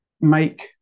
make